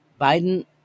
Biden